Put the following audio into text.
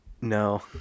no